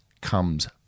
comes